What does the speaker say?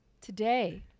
Today